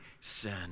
sin